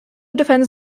defends